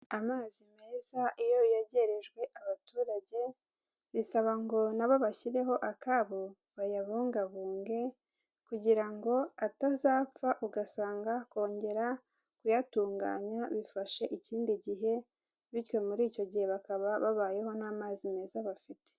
Amazi meza iyo yegerejwe abaturage bisaba ngo na bo bashyireho akabo, bayabungabunge kugira ngo atazapfa ugasanga kongera kuyatunganya bifashe ikindi gihe, bityo muri icyo gihe bakaba babayeho nta mazi meza bafite.